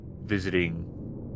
visiting